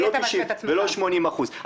ולא 90% ולא 80%. למי אתה משווה את עצמך?